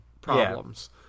problems